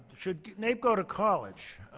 should naep go to college?